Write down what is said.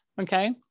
okay